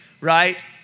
right